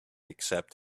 except